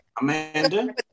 Amanda